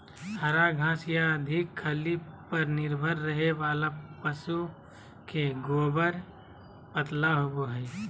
हरा घास या अधिक खल्ली पर निर्भर रहे वाला पशु के गोबर पतला होवो हइ